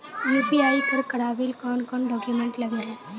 UPI कर करावेल कौन कौन डॉक्यूमेंट लगे है?